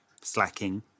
Slacking